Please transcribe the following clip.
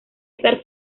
estar